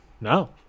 No